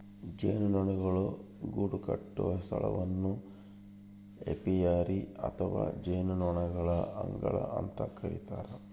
ಜೇನುನೊಣಗಳು ಗೂಡುಕಟ್ಟುವ ಸ್ಥಳವನ್ನು ಏಪಿಯರಿ ಅಥವಾ ಜೇನುನೊಣಗಳ ಅಂಗಳ ಅಂತ ಕರಿತಾರ